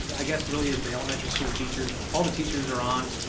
i guess, really is the elementary school teachers. all the teachers are on,